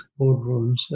boardrooms